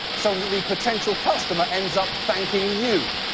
so that the potential costumer ends up thanking you.